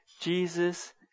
Jesus